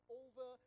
over